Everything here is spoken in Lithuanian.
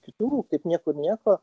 kitų kaip niekur nieko